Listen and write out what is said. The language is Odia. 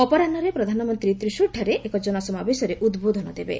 ଅପରାହ୍ମରେ ପ୍ରଧାନମନ୍ତ୍ରୀ ତ୍ରିଶୁରଠାରେ ଏକ ଜନସମାବେଶରେ ଉଦ୍ବୋଧନ ଦେବେ